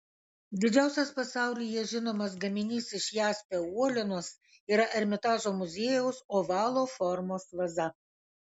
didžiausias pasaulyje žinomas gaminys iš jaspio uolienos yra ermitažo muziejaus ovalo formos vaza